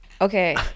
Okay